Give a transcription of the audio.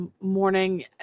morning